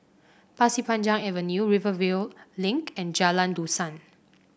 Pasir Panjang Avenue Rivervale Link and Jalan Dusan